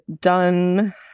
done